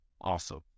awesome